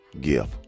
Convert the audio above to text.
gift